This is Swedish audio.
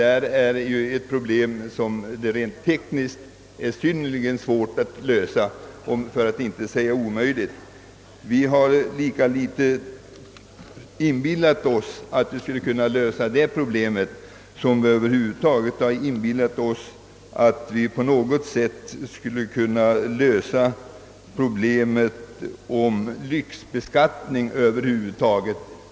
Nu är det ju rent tekniskt synnerligen svårt, för att inte säga omöjligt att fullständigt rättvist lösa problemet om villabeskattningen. Vi har inom utskottet lika litet inbillat oss att vi skulle kunna göra detta som att vi skulle kunna lösa problemet med lyxbeskattning över huvud taget.